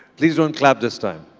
please don't clap this time.